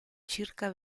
circa